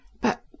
but